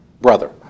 brother